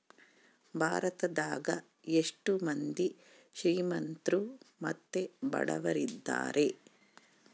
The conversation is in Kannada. ಭಾರತದಗ ಎಷ್ಟ ಮಂದಿ ಶ್ರೀಮಂತ್ರು ಮತ್ತೆ ಬಡವರಿದ್ದಾರೆ?